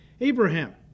abraham